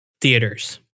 theaters